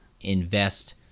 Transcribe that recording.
Invest